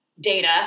data